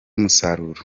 musaruro